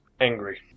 angry